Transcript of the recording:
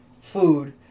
food